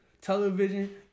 television